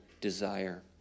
desire